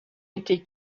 été